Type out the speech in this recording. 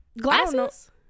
glasses